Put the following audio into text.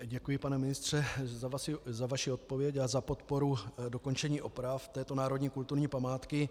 Děkuji, pane ministře, za vaši odpověď a za podporu dokončení oprav této národní kulturní památky.